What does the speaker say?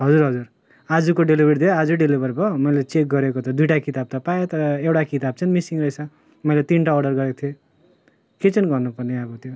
हजुर हजुर आजको डेलिभेरी थियो आजै डेलिभर भयो मैले चेक गरेको त दुईटा किताब त पाएँ तर एउटा किताब चाहिँ मिसिङ रहेछ मैले तिनटा अर्डर गरेको थिएँ के चाहिँ गर्नुपर्ने अब त्यो